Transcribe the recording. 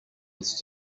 was